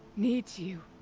needs you!